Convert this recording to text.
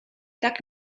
tak